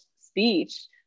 speech